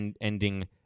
ending